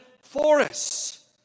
forests